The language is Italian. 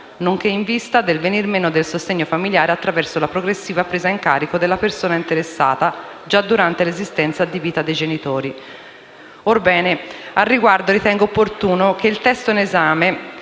nonché in vista del venir meno del sostegno familiare attraverso la progressiva presa in carico della persona interessata già durante l'esistenza in vita dei genitori.